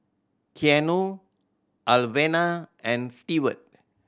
Keanu Alvena and Stewart